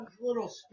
little